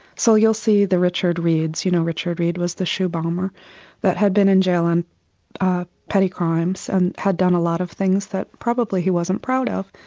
so you'll see the richard reids' you know richard reid was the shoe bomber that had been in jail for um ah petty crimes and had done a lot of things that probably he wasn't proud of.